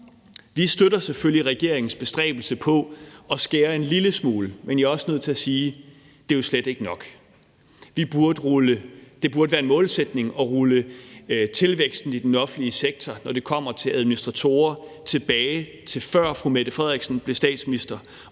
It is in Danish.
Vi støtter selvfølgelig regeringens bestræbelse på at skære en lille smule i det, men jeg er også nødt til at sige: Det er jo slet ikke nok. Det burde være en målsætning at rulle tilvæksten i den offentlige sektor, når det kommer til administratorer, tilbage til, før fru Mette Frederiksen blev statsminister.